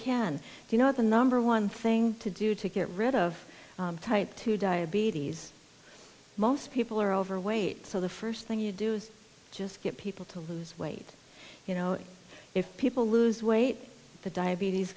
can do you know the number one thing to do to get rid of type two diabetes most people are overweight so the first thing you do is just get people to lose weight you know if people lose weight the diabetes